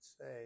say